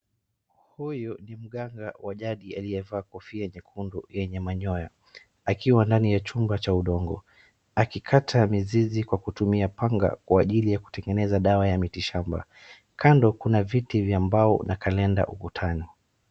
Huyu ni mganga wa jadi aliyevaa kofia nyekundu yenye manyoya akiwa ndani ya chumba cha udongo. akikata mizizi kwa kutumia panga kwa ajili ya kutengeneza dawa ya miti shamba. Kando kuna viti vya mbao na kalenda ukutani.